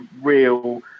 real